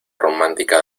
romántica